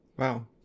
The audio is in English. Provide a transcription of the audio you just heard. Wow